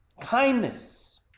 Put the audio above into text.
Kindness